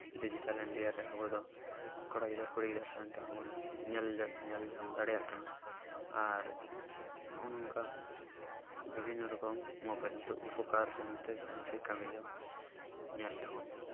digital ᱤᱱᱰᱤᱭᱟᱨᱮ ᱟᱵᱚ ᱫᱚ ᱠᱚᱲᱟ ᱜᱤᱫᱟᱹᱨ ᱠᱩᱲᱤ ᱜᱤᱫᱟᱹᱨ ᱥᱮᱱ ᱛᱮᱦᱚᱸ ᱵᱚᱱ ᱧᱮᱞ ᱧᱮᱞ ᱧᱟᱢ ᱫᱟᱲᱮᱭᱟᱜ ᱠᱟᱱᱟ ᱟᱨ ᱱᱚᱜᱼᱚ ᱱᱚᱝᱠᱟ ᱵᱤᱵᱷᱤᱱᱱᱚ ᱨᱚᱠᱚᱢ ᱢᱳᱵᱟᱭᱤᱞ ᱛᱮ ᱩᱯᱚᱠᱟᱨ ᱥᱮᱱᱛᱮ ᱵᱷᱟᱹᱞᱤᱛᱮ ᱠᱟᱹᱢᱤᱭᱮᱫᱟᱭ ᱧᱮᱞ ᱮᱫᱟᱵᱚᱱ